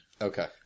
Okay